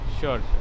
sure